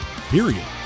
Period